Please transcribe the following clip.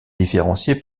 différencier